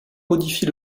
modifie